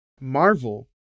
Marvel